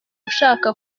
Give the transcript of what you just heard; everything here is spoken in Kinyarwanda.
ushaka